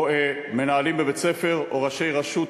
או מנהלים בבתי-ספר, או ראשי רשות